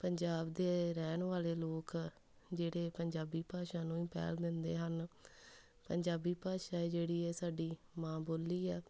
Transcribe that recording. ਪੰਜਾਬ ਦੇ ਰਹਿਣ ਵਾਲੇ ਲੋਕ ਜਿਹੜੇ ਪੰਜਾਬੀ ਭਾਸ਼ਾ ਨੂੰ ਹੀ ਪਹਿਲ ਦਿੰਦੇ ਹਨ ਪੰਜਾਬੀ ਭਾਸ਼ਾ ਹੈ ਜਿਹੜੀ ਇਹ ਸਾਡੀ ਮਾਂ ਬੋਲੀ ਆ